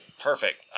Perfect